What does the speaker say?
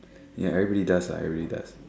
ya everybody does lah everybody does